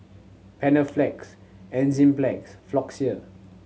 Panaflex Enzyplex Floxia